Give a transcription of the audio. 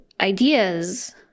ideas